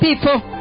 people